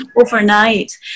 overnight